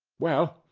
well!